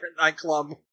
nightclub